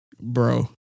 Bro